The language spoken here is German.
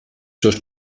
durch